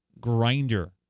grinder